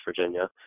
Virginia